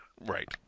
Right